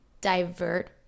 divert